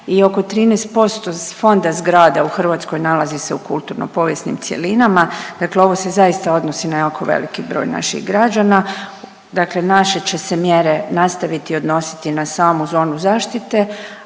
i oko 13% fonda zgrada u Hrvatskoj nalazi se u kulturno povijesnim cjelinama. Dakle, ovo se zaista odnosi na jako veliki broj naših građana. Dakle, naše će se mjere nastaviti odnositi na samu zonu zaštite,